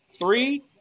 three